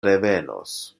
revenos